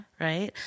right